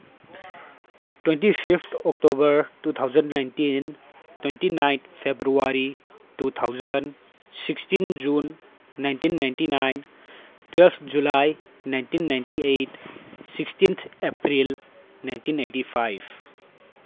twenty fifth October two thousand nineteen twenty nine February two thousand sixteen June nineteen ninety nine twelve July nineteen ninety eight sixteen April nineteen eighty five